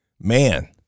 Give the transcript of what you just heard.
Man